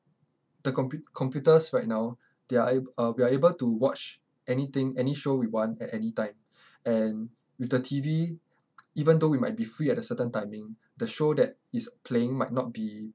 the compu~ computers right now they are ab~ uh we are able to watch anything any show we want at anytime and with the T_V even though we might be free at a certain timing the show that is playing might not be